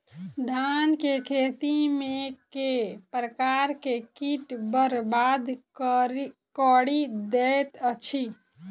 धान केँ खेती मे केँ प्रकार केँ कीट बरबाद कड़ी दैत अछि?